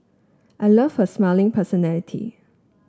I loved her smiling personality